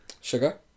Sugar